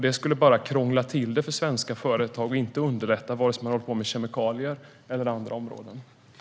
Det skulle bara krångla till det för svenska företag och inte underlätta, vare sig de håller på med kemikalier eller annat.